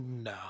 no